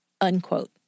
unquote